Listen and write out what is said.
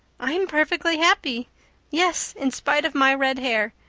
i'm perfectly happy yes, in spite of my red hair.